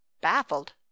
baffled